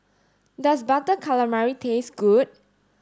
does butter calamari taste good